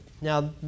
Now